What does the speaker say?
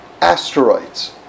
asteroids